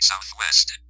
southwest